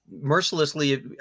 mercilessly